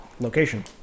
location